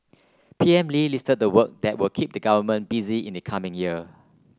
P M Lee listed the work that will keep the government busy in the coming year